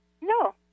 No